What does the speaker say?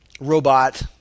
robot